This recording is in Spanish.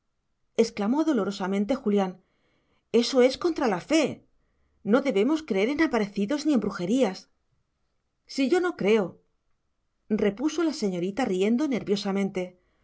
exclamó dolorosamente julián eso es contra la fe no debemos creer en aparecidos ni en brujerías si yo no creo repuso la señorita riendo nerviosamente